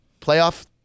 Playoff